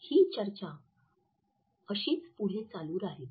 ही चर्चा अशीच पुढे चालू राहील